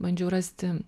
bandžiau rasti